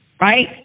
Right